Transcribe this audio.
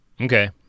Okay